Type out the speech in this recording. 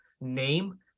name